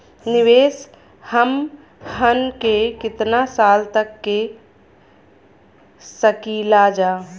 निवेश हमहन के कितना साल तक के सकीलाजा?